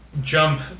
jump